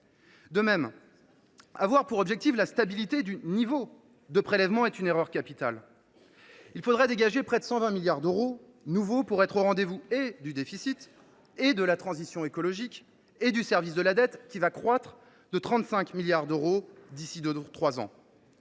De même, avoir pour objectif la stabilité du niveau de prélèvement est une erreur capitale. Il faudrait dégager près de 120 milliards d’euros supplémentaires pour être au rendez vous et du déficit, et de la transition écologique, et du service de la dette, qui va croître de 35 milliards d’euros d’ici à trois ans.